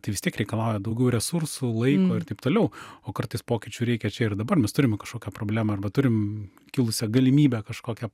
tai vis tiek reikalauja daugiau resursų laiko ir taip toliau o kartais pokyčių reikia čia ir dabar mes turime kažkokią problemą arba turim kilusią galimybę kažkokią